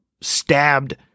stabbed